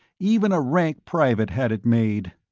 even a rank private had it made.